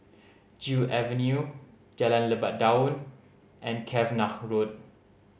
Joo Avenue Jalan Lebat Daun and Cavenagh Road